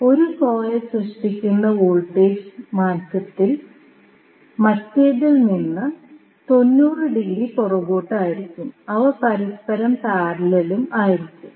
1 coil സൃഷ്ടിക്കുന്ന voltage മറ്റേതിൽ നിന്ന് 90 ഡിഗ്രി പുറകോട്ട് ആയിരിക്കും അവ പരസ്പരം പാരലലും ആയിരിക്കും